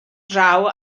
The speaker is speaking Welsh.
draw